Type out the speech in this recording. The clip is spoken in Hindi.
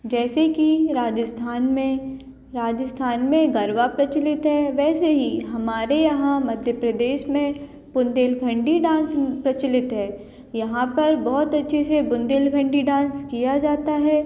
जैसे कि राजस्थान में राजस्थान में गरबा प्रचलित है वैसे ही हमारे यहाँ मध्य प्रदेश में बुंदेलखंडी डांस प्रचलित है यहाँ पर बहुत अच्छे से बुंदेलखंडी डांस किया जाता है